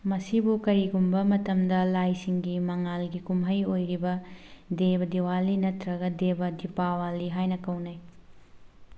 ꯃꯁꯤꯕꯨ ꯀꯔꯤꯒꯨꯝꯕ ꯃꯇꯝꯗ ꯂꯥꯏ ꯁꯤꯡꯒꯤ ꯃꯪꯉꯥꯜꯒꯤ ꯀꯨꯝꯍꯩ ꯑꯣꯏꯔꯤꯕ ꯗꯦꯕ ꯗꯤꯋꯥꯂꯤ ꯅꯠꯇ꯭ꯔꯒ ꯗꯦꯕ ꯗꯤꯄꯥꯋꯥꯂꯤ ꯍꯥꯏꯅ ꯀꯧꯅꯩ